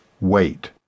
Wait